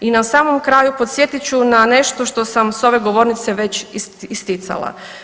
I na samom kraju podsjetit ću na nešto što sam s ove govornice već isticala.